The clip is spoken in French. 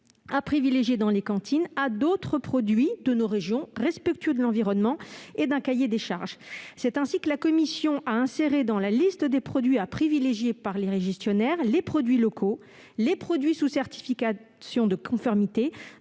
à privilégier dans les cantines à d'autres produits de nos régions respectueux de l'environnement et d'un cahier des charges. C'est ainsi que la commission a inséré dans la liste des produits à privilégier par les gestionnaires les produits locaux et les produits sous certification de conformité,